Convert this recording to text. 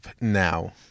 now